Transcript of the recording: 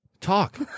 talk